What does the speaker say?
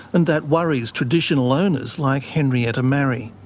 and that worries traditional owners like henrietta marrie.